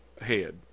head